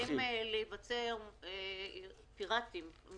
מתחילים להיווצר גנים פיראטיים,